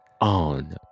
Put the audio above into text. on